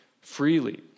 freely